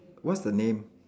what's the name